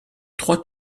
trois